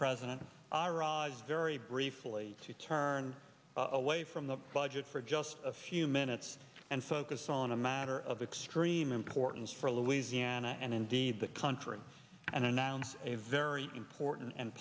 arrives very briefly to turn away from the budget for just a few minutes and focus on a matter of extreme importance for louisiana and indeed the country and announce a very important and